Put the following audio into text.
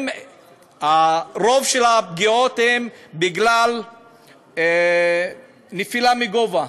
רוב הפגיעות הן בגלל נפילה מגובה.